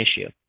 issue